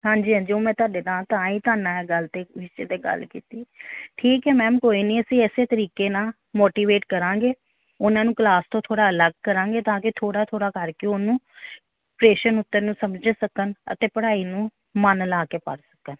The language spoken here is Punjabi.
ਹਾਂਜੀ ਹਾਂਜੀ ਉਹ ਮੈਂ ਤੁਹਾਡੇ ਨਾਲ ਤਾਂ ਹੀ ਤੁਹਾਡੇ ਨਾਲ ਗੱਲ 'ਤੇ ਵਿਸ਼ੇ 'ਤੇ ਗੱਲ ਕੀਤੀ ਠੀਕ ਹੈ ਮੈਮ ਕੋਈ ਨਹੀਂ ਅਸੀਂ ਇਸੇ ਤਰੀਕੇ ਨਾਲ ਮੋਟੀਵੇਟ ਕਰਾਂਗੇ ਉਹਨਾਂ ਨੂੰ ਕਲਾਸ ਤੋਂ ਥੋੜ੍ਹਾ ਅਲੱਗ ਕਰਾਂਗੇ ਤਾਂ ਕਿ ਥੋੜ੍ਹਾ ਥੋੜ੍ਹਾ ਕਰਕੇ ਉਹਨੂੰ ਪ੍ਰਸ਼ਨ ਉੱਤਰ ਨੂੰ ਸਮਝ ਸਕਣ ਅਤੇ ਪੜ੍ਹਾਈ ਨੂੰ ਮਨ ਲਾ ਕੇ ਪੜ੍ਹ ਸਕਣ